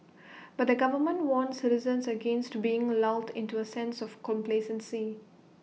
but the government warned citizens against being lulled into A sense of complacency